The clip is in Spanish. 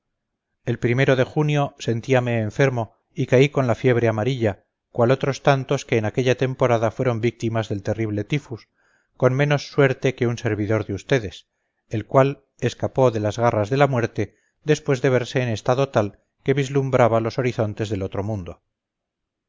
el o de junio sentíame enfermo y caí con la fiebre amarilla cual otros tantos que en aquella temporada fueron víctimas del terrible tifus con menos suerte que un servidor de ustedes el cual escapó de las garras de la muerte después de verse en estado tal que vislumbraba los horizontes del otro mundo